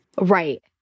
Right